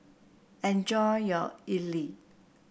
enjoy your idly